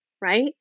Right